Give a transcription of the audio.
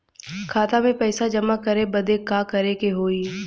खाता मे पैसा जमा करे बदे का करे के होई?